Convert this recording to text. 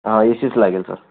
हा एसीच लागेल सर